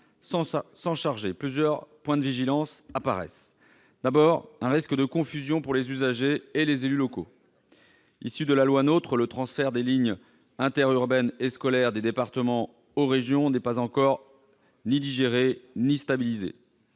s'en charger. Plusieurs points appellent notre vigilance. D'abord, il y a un risque de confusions pour les usagers et les élus locaux. Issu de la loi NOTRe, le transfert des lignes interurbaines et scolaires des départements aux régions n'est encore ni digéré ni stabilisé.